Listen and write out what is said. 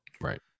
right